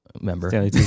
member